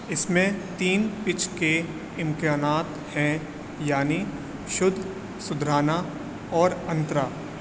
اس میں تین پچ کے امکانات ہیں یعنی شدھ سدھرانا اور انترا